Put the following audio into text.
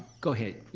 go ahead.